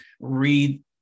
read